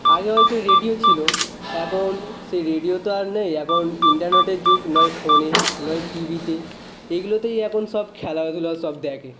আগে হয়তো রেডিও ছিল এখন সেই রেডিও তো আর নেই এখন ইন্টারনেটের যুগ নয় ফোনে নয় টি ভিতে এইগুলোতেই এখন সব খেলাধূলা সব দেখে